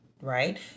right